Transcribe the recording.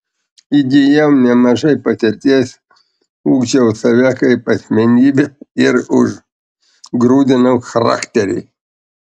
įgijau nemažai patirties ugdžiau save kaip asmenybę ir užgrūdinau charakterį